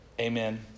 Amen